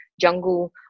jungle